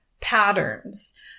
patterns